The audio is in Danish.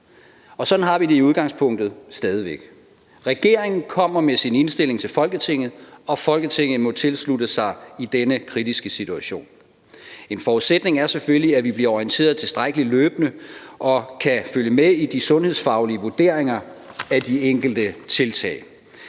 er. Sådan har vi det i udgangspunktet stadig væk. Regeringen kommer med sin indstilling til Folketinget, og Folketinget må tilslutte sig i denne kritiske situation. En forudsætning er selvfølgelig, at vi løbende bliver orienteret tilstrækkeligt og kan følge med i de sundhedsfaglige vurderinger af de enkelte tiltag.